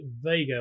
Vega